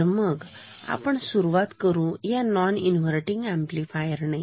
तर मग आपण सुरुवात करू या नॉन इन्वर्तींग अंपलिफायर ने